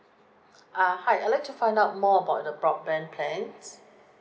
uh hi I'd like to find out more about the broadband plans